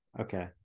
Okay